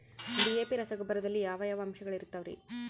DAP ರಸಗೊಬ್ಬರದಲ್ಲಿ ಯಾವ ಯಾವ ಅಂಶಗಳಿರುತ್ತವರಿ?